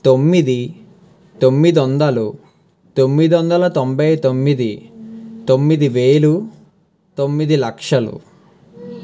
తొమ్మిది తొమ్మిది వందలు తొమ్మిది వందల తొంబై తొమ్మిది తొమ్మిది వేలు తొమ్మిది లక్షలు